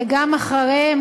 גם אחריהם,